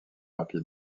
rapide